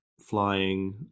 flying